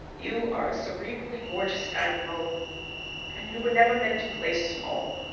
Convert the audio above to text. you are a cerebrally gorgeous dynamo and you were never meant to play small.